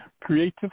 Creative